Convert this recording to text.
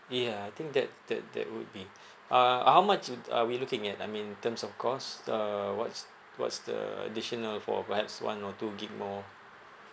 ya I think that that that would be uh uh how much would are we looking at I mean in terms of cost uh what's what's the additional for perhaps one or two gigabyte more